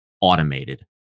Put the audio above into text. automated